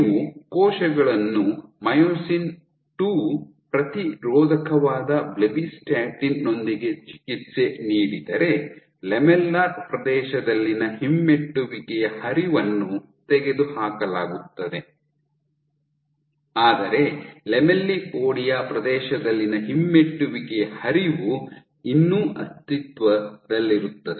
ನೀವು ಕೋಶಗಳನ್ನು myosin II ಪ್ರತಿರೋಧಕವಾದ ಬ್ಲೆಬ್ಬಿಸ್ಟಾಟಿನ್ ನೊಂದಿಗೆ ಚಿಕಿತ್ಸೆ ನೀಡಿದರೆ ಲ್ಯಾಮೆಲ್ಲರ್ ಪ್ರದೇಶದಲ್ಲಿನ ಹಿಮ್ಮೆಟ್ಟುವಿಕೆಯ ಹರಿವನ್ನು ತೆಗೆದುಹಾಕಲಾಗುತ್ತದೆ ಆದರೆ ಲ್ಯಾಮೆಲ್ಲಿಪೋಡಿಯಾ ಪ್ರದೇಶದಲ್ಲಿನ ಹಿಮ್ಮೆಟ್ಟುವಿಕೆಯ ಹರಿವು ಇನ್ನೂ ಅಸ್ತಿತ್ವದಲ್ಲಿರುತ್ತದೆ